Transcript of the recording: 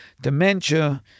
dementia